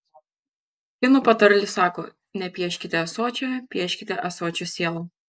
kinų patarlė sako nepieškite ąsočio pieškite ąsočio sielą